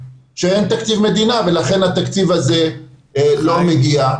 שאין תקציב מדינה ולכן התקציב הזה לא מגיע.